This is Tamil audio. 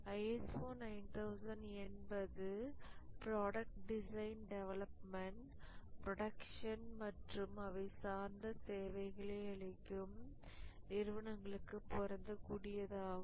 ISO 9001 என்பது புரோடக்ட் டிசைன் டெவலப்மெண்ட் புரோடக்சன் மற்றும் அவை சார்ந்த சேவைகளை அளிக்கும் நிறுவனங்களுக்கு பொருந்தக் கூடியதாகும்